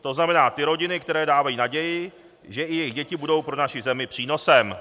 To znamená ty rodiny, které dávají naději, že i jejich děti budou pro naši zemi přínosem.